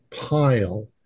pile